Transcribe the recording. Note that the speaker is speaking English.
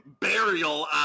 burial